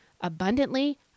abundantly